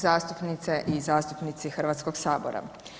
Zastupnice i zastupnici Hrvatskog sabora.